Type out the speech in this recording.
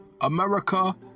America